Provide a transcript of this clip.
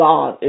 God